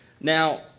Now